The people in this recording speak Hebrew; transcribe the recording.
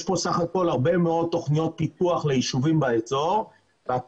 יש כאן בסך הכול הרבה מאוד תכניות טיפוחו לישובים באזור והכוונה